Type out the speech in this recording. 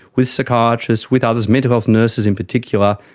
with psychiatrists, with others, mental health nurses in particular,